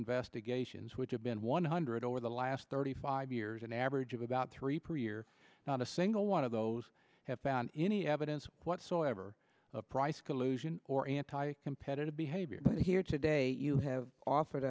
investigations which have been one hundred over the last thirty five years an average of about three per year not a single one of those have found any evidence whatsoever of price collusion or anti competitive behavior here today you have offered